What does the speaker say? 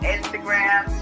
Instagram